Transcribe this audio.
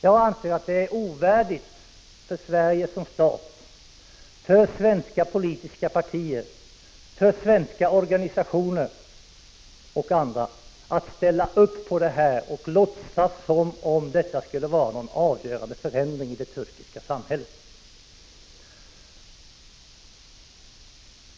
Jag anser att det är ovärdigt Sverige som stat, ovärdigt svenska politiska partier, svenska organisationer och andra att ställa upp på vad som sker och låtsas som om det skulle vara någon avgörande förändring av det turkiska samhället.